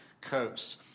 coast